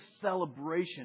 celebration